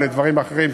לדברים האחרים,